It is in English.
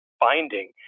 binding